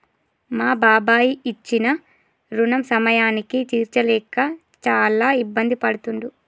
మా బాబాయి ఇచ్చిన రుణం సమయానికి తీర్చలేక చాలా ఇబ్బంది పడుతుండు